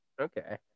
Okay